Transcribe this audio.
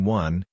one